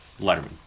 letterman